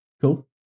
Cool